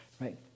right